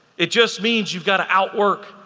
it just means you've gotta outwork,